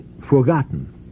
forgotten